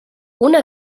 una